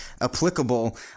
applicable